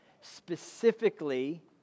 specifically